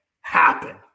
happen